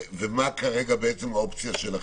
מהי, כרגע, האופציה שלכם?